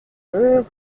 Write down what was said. deux